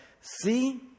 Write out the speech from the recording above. See